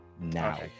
now